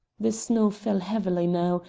the snow fell heavily now,